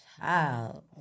child